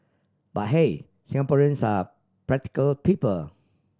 but hey Singaporeans are practical people